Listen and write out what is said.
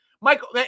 michael